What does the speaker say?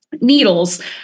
needles